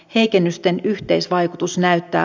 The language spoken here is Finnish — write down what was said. heikennysten yhteisvaikutus näyttää